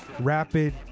rapid